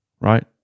right